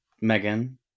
Megan